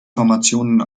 formationen